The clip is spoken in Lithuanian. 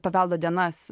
paveldo dienas